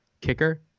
Kicker